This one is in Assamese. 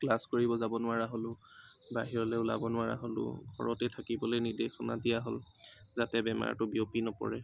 ক্লাছ কৰিব যাব নোৱাৰা হ'লোঁ বাহিৰলৈ ওলাব নোৱাৰা হ'লোঁ ঘৰতেই থাকিবলৈ নিৰ্দেশনা দিয়া হ'ল যাতে বেমাৰটো বিয়পি নপৰে